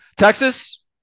Texas